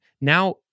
Now